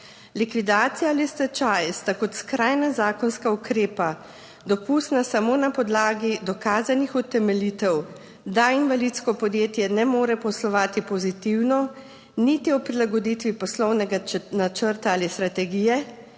Likvidacija ali stečaj sta kot skrajna zakonska ukrepa dopustna samo na podlagi dokazanih utemeljitev, da invalidsko podjetje ne more poslovati pozitivno, niti o prilagoditvi poslovnega načrta ali strategije,